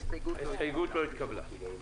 ההסתייגות לא התקבלה.